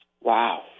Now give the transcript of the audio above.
Wow